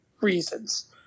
reasons